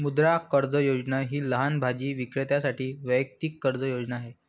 मुद्रा कर्ज योजना ही लहान भाजी विक्रेत्यांसाठी वैयक्तिक कर्ज योजना आहे